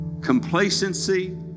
complacency